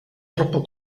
troppo